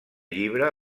llibre